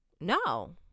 no